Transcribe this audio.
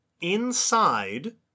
inside